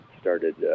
started